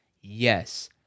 Yes